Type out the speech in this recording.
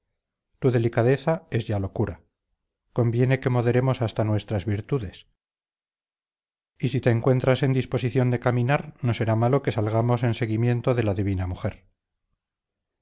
tu delicadeza es ya locura conviene que moderemos hasta nuestras virtudes y si te encuentras en disposición de caminar no será malo que salgamos en seguimiento de la divina mujer